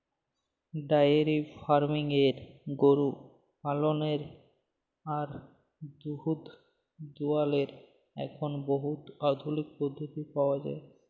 diary ফার্মিংয়ে গরু পাললেরলে আর দুহুদ দুয়ালর এখল বহুত আধুলিক পদ্ধতি পাউয়া যায়